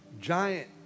Giant